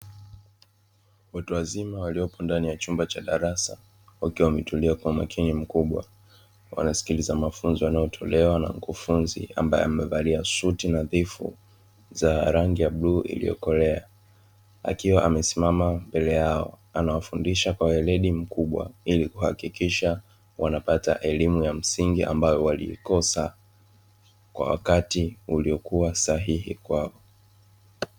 Watu wazima waliopo ndani ya chumba cha darasa wakiwa wametulia kwa umakini mkubwa, wanasikiliza mafunzo yanayotolewa na mkufunzi ambaye amevalia suti nadhifu za rangi ya bluu iliyokolea, akiwa amesimama mbele yao anawafundisha kwa weledi mkubwa ili kuhakikisha wanapata elimu ya msingi ambayo waliikosa kwa wakati uliokuwa sahihi kwao.